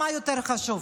מה יותר חשוב?